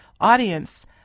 audience